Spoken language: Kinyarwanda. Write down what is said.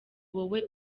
wowe